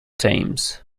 teams